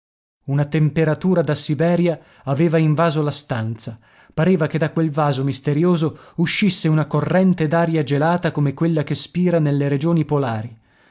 una temperatura da siberia aveva invaso la stanza pareva che da quel vaso misterioso uscisse una corrente d'aria gelata come quella che spira nelle regioni polari